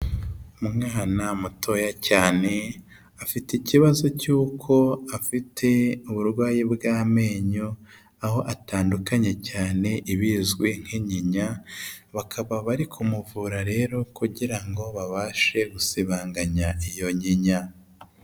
Umwana mutoya cyane afite ikibazo cy'uko afite uburwayi bw'amenyo, aho atandukanye cyane ibizwi nk'inyinya, bakaba bari kumuvura rero kugira ngo babashe gusibanganya iyo nyinya.